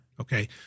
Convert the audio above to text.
Okay